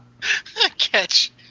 Catch